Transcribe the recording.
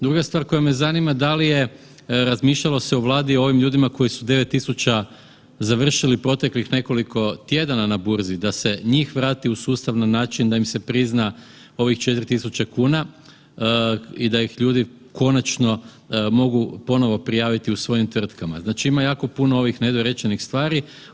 Druga stvar koja me zanima, da li se razmišljalo na Vladi i o ovim ljudima koji su 9.000 završili proteklih nekoliko tjedana na burzi, da se njih vrati u sustav na način da im se prizna ovih 4.000 kuna i da ih ljudi konačno mogu ponovo prijaviti u svojim tvrtkama, znači ima jako puno ovih nedorečenih stvari.